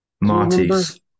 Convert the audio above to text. Marty's